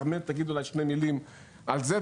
כרמל אולי תגיד שתי מילים על זה,